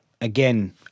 again